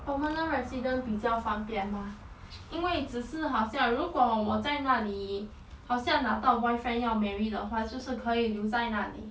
permanent resident 比较方便嘛因为只是好像如果我在那里好像拿到 boyfriend 要 marry 的话就是可以留在那里